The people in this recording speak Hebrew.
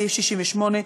סעיף 68,